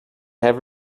have